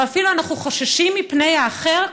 או אפילו אנחנו חוששים מפני האחר,